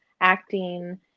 acting